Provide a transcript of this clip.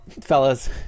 fellas